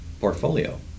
portfolio